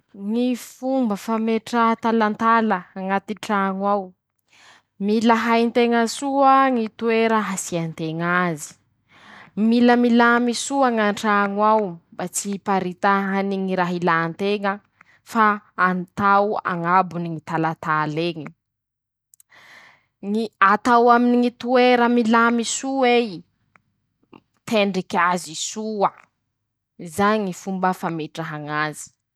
Ñy fomba fametraha talantala añaty traño ao: -Mila hay nteña soa ñy toera hasia nteña azy. -Mila milamy soa ñ'ntraño ao mba tsy iparitahany ñy raha ilà nteña fa atao añabony ñy talatal'eñy, ñ atao aminy ñy toera milamy soa ei, tendrik'azy soa, zay Ñy fomba fametraha ñazy.